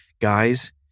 Guys